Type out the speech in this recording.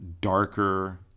darker